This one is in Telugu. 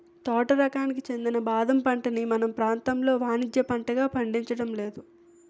తోట రకానికి చెందిన బాదం పంటని మన ప్రాంతంలో వానిజ్య పంటగా పండించడం లేదు